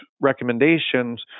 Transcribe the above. recommendations